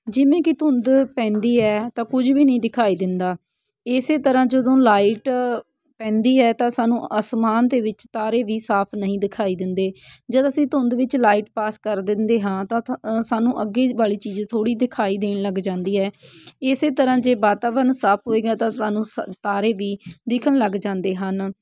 ਜਿਵੇਂ ਕਿ ਧੁੰਦ ਪੈਂਦੀ ਹੈ ਤਾਂ ਕੁਝ ਵੀ ਨਹੀਂ ਦਿਖਾਈ ਦਿੰਦਾ ਇਸੇ ਤਰ੍ਹਾਂ ਜਦੋਂ ਲਾਈਟ ਪੈਂਦੀ ਹੈ ਤਾਂ ਸਾਨੂੰ ਅਸਮਾਨ ਦੇ ਵਿੱਚ ਤਾਰੇ ਵੀ ਸਾਫ਼ ਨਹੀਂ ਦਿਖਾਈ ਦਿੰਦੇ ਜਦ ਅਸੀਂ ਧੁੰਦ ਵਿੱਚ ਲਾਈਟ ਪਾਸ ਕਰ ਦਿੰਦੇ ਹਾਂ ਤਾਂ ਥਾਂ ਸਾਨੂੰ ਅੱਗੇ ਵਾਲੀ ਚੀਜ਼ ਥੋੜ੍ਹੀ ਦਿਖਾਈ ਦੇਣ ਲੱਗ ਜਾਂਦੀ ਹੈ ਇਸੇ ਤਰ੍ਹਾਂ ਜੇ ਵਾਤਾਵਰਨ ਸਾਫ਼ ਹੋਏਗਾ ਤਾਂ ਸਾਨੂੰ ਸ ਤਾਰੇ ਵੀ ਦਿਖਣ ਲੱਗ ਜਾਂਦੇ ਹਨ